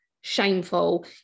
shameful